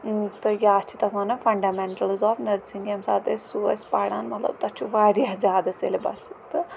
تہٕ یا چھِ تَتھ وَنان فَنڈَمٮ۪نٹٕلٕز آف نٔرسِنٛگ ییٚمہِ ساتہٕ أسۍ سُہ ٲسۍ پَران مطلب تَتھ چھُ واریاہ زیادٕ سٮ۪لبَس تہٕ